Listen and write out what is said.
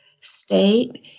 state